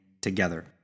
together